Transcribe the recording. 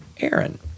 Aaron